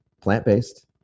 plant-based